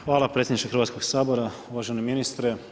Hvala predsjedniče Hrvatskog sabora, uvaženi ministre.